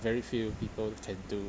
very few people can do